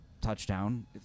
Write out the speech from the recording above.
Touchdown